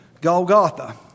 Golgotha